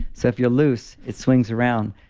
so, if you're loose, it swings around.